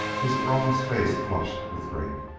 his bronzed face flushed with drink,